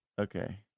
Okay